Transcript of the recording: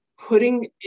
Putting